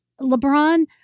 lebron